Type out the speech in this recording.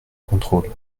contrôle